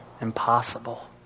Impossible